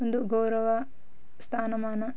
ಒಂದು ಗೌರವ ಸ್ಥಾನಮಾನ